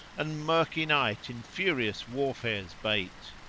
and murky night in furious warfare's bate.